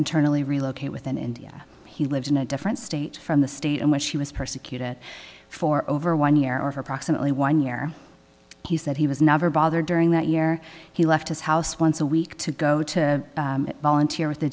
internally relocate within india he lived in a different state from the state in which he was persecuted for over one year or for approximately one year he said he was never bothered during that year he left his house once a week to go to volunteer with the